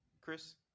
Chris